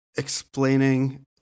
Explaining